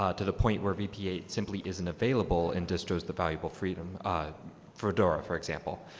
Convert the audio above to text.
ah to the point where v p eight simply isn't available and destroys the valuable freedom for dora, for example.